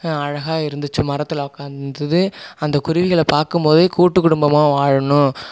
அழகாக இருந்துச்சு மரத்தில் உக்காந்துருந்த அந்த குருவிகளை பார்க்கும்போதே கூட்டு குடும்பமாக வாழணும்